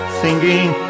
singing